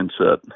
mindset